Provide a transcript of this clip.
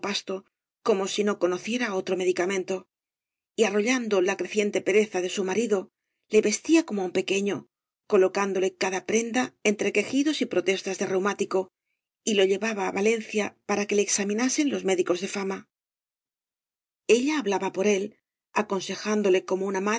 como si no conociera otro medicamento y arrollando la creciente pereza de su marido le vestía como á un pequeño colocándole cada prenda entre quejidos y protestas de reumático y lo llevaba á valeocia para que le examinasen los médicos de fama ella hablaba por él aconsejándole como una